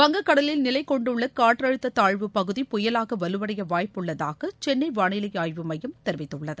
வங்கக்கடலில் நிலை கொண்டுள்ள காற்றழுத்த தாழ்வு பகுதி புயலாக வலுவடைய வாய்ப்புள்ளதாக சென்னை வானிலை ஆய்வு மையம் தெரிவித்துள்ளது